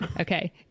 Okay